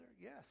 Yes